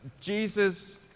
Jesus